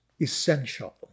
essential